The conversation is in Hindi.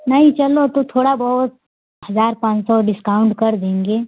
नहीं चलो तो थोड़ा बहुत हजार पाँच सौ डिस्काउंट कर देंगे